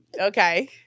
Okay